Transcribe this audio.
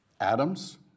Atoms